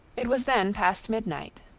it was then past midnight.